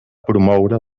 promoure